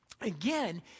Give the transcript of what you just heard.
Again